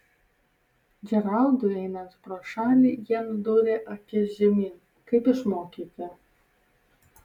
džeraldui einant pro šalį jie nudūrė akis žemyn kaip išmokyti